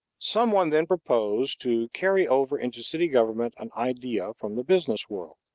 some one then proposed to carry over into city government an idea from the business world.